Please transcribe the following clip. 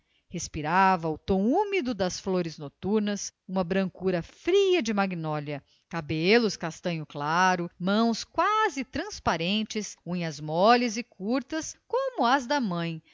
respirava o tom úmido das flores noturnas uma brancura fria de magnólia cabelos castanho claros mãos quase transparentes unhas moles e curtas como as da mãe